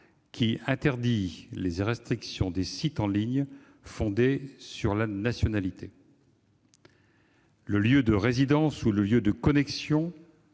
qui interdit les restrictions des sites en ligne fondées sur la nationalité, le lieu de résidence ou le lieu de connexion,